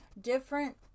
Different